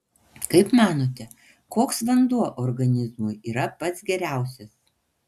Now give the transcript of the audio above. kaip manote koks vanduo organizmui yra pats geriausias